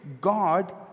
God